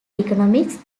economics